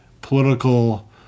political